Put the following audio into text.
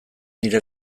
nire